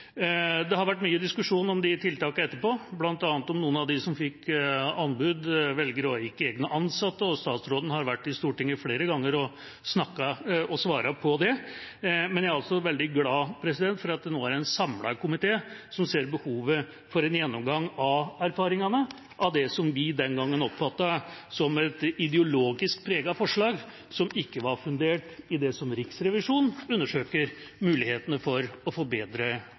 Det har vært mye diskusjon om de tiltakene etterpå, bl.a. om at noen av dem som fikk anbud, velger ikke å ha egne ansatte. Statsråden har vært i Stortinget flere ganger og svart på det. Men jeg er altså veldig glad for at en samlet komité nå ser behovet for en gjennomgang av erfaringene, av det som vi den gangen oppfattet som et ideologisk preget forslag, som ikke var fundert i det som Riksrevisjonen undersøkte mulighetene for, å forbedre